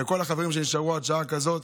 לכל החברים שנשארו עד שעה כזאת,